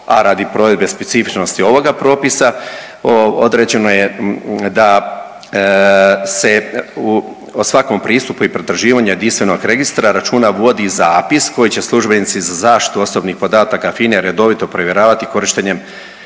a radi provedbe specifičnosti ovoga propisa, određeno je da se u, o svakom pristupu i pretraživanju registra računa vodi zapis koji će službenici za zaštitu osobnih podataka FINA-e redovito provjeravati korištenjem